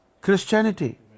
Christianity